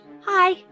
hi